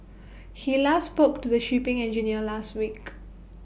he last spoke to the shipping engineer last week